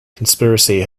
conspiracy